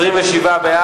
התש"ע 2009,